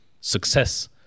success